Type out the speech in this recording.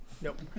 Nope